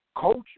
culture